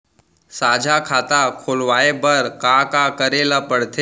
साझा खाता खोलवाये बर का का करे ल पढ़थे?